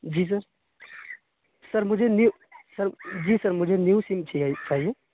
جی sir sir مجھے new sir جی sir مجھے نیو سیم چاہیے